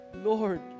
Lord